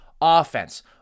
offense